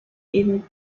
interred